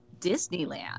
disneyland